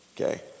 Okay